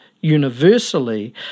universally